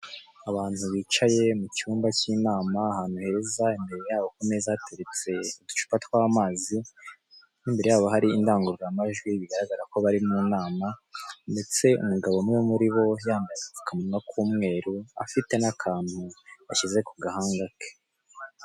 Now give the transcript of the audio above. Abantu bicaye mu cyumba cy'inama, ahantu heza, imbere yabo ku meza hateretse uducupa tw'amazi n'imbere yabo hari indangururamajwi, bigararaga ko bari mu nama, ndetse umugabo umwe muri bo yambaye agapfukamunwa k'umweru, afite n'abantu ashyize ku gahanga ke.